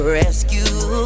rescue